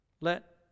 Let